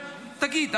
תגיד.